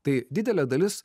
tai didelė dalis